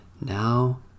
now